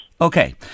Okay